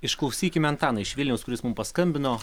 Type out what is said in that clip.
išklausykime antaną iš vilniaus kuris mum paskambino